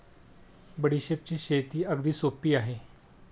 बडीशेपची शेती अगदी सोपी आहे